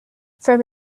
from